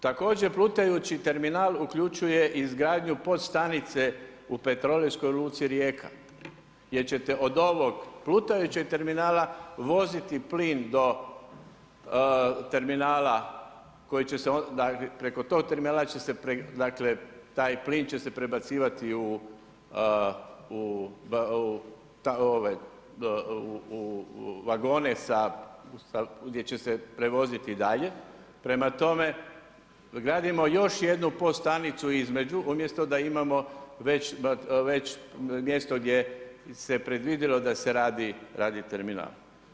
Također plutajući terminal uključuje izgradnju podstanice u Petrolejskoj luci Rijeka jer ćete od ovog plutajućeg terminala voziti plin do terminala koji će se, preko tog terminala će se dakle taj plin će se prebacivati u vagone sa, gdje će se prevoziti dalje, prema tome gradimo još jednu podstanicu između, umjesto da imamo već mjesto gdje se predvidilo da se radi terminal.